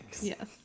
Yes